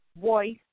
voice